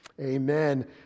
Amen